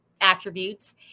attributes